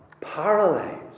paralyzed